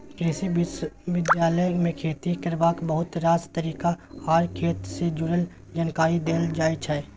कृषि विश्वविद्यालय मे खेती करबाक बहुत रास तरीका आर खेत सँ जुरल जानकारी देल जाइ छै